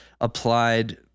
applied